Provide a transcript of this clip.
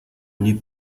nuit